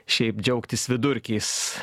šiaip džiaugtis vidurkiais